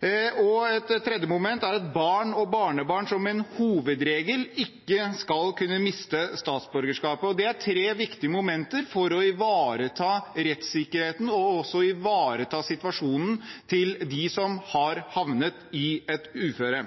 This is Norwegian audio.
Et tredje moment er at barn og barnebarn som en hovedregel ikke skal kunne miste statsborgerskapet. Det er tre viktige momenter for å ivareta rettssikkerheten og også situasjonen til dem som har havnet i et uføre.